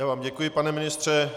Já vám děkuji, pane ministře.